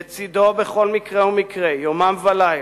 לצדו, בכל מקרה ומקרה, יומם וליל,